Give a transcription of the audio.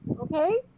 Okay